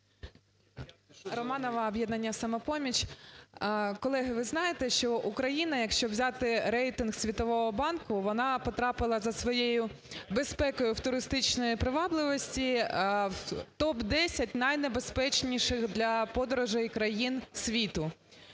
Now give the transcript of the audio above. Романова, "Об'єднання "Самопоміч". Колеги, ви знаєте, що Україна, якщо взяти рейтинг Світового банку, вона потрапила за своєю безпекою в туристичній привабливості в топ-10 найнебезпечніших для подорожей країн світу.